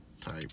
type